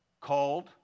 Called